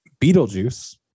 Beetlejuice